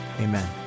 amen